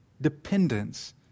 dependence